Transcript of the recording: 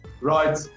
Right